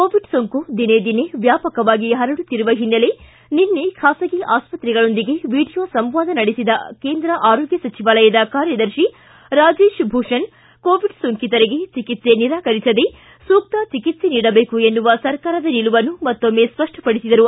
Covid ಸೋಂಕು ದಿನೇ ದಿನೇ ವ್ಯಾಪಕವಾಗಿ ಪರಡುತ್ತಿರುವ ಹಿನ್ನೆಲೆ ನಿನ್ನೆ ಖಾಸಗಿ ಆಸ್ಪತ್ರೆಗಳೊಂದಿಗೆ ವಿಡಿಯೋ ಸಂವಾದ ನಡೆಸಿದ ಕೇಂದ್ರ ಆರೋಗ್ಯ ಸಚಿವಾಲಯದ ಕಾರ್ಯದರ್ತಿ ರಾಜೇಶ್ ಭೂಷಣ್ ಕೋವಿಡ್ ಸೋಂಕಿತರಿಗೆ ಚಿಕಿತ್ಸೆ ನಿರಾಕರಿಸದೇ ಸೂಕ್ತ ಚಿಕಿತ್ನೆ ನೀಡಬೇಕು ಎನ್ನುವ ಸರ್ಕಾರದ ನಿಲುವನ್ನು ಮತ್ತೊಮ್ಮೆ ಸಪ್ಪಪಡಿಸಿದರು